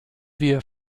wir